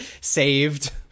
saved